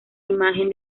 imagen